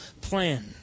plan